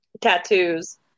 tattoos